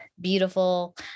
beautiful